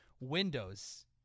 windows